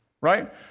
right